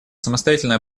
самостоятельно